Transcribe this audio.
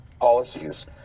policies